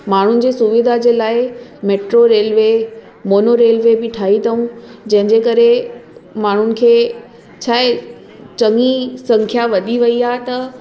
माण्हुनि जी सुविधा जे लाइ मेट्रो रेल्वे मोनो रेल्वे बि ठाहीं अथऊं जंहिं जे करे माण्हुनि खे छा आहे चङी संखिया वधी वेई आहे त